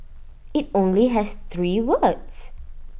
IT only has three words